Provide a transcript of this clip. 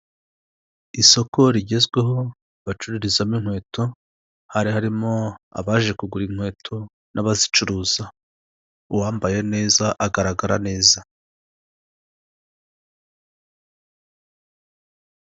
Isoko rigezweho bacururizamo inkweto, hari harimo abaje kugura inkweto n'abazicuruza. Uwambaye neza agaragara neza.